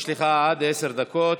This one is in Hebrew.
יש לך עד עשר דקות.